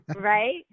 Right